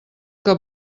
que